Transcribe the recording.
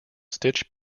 stitch